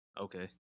Okay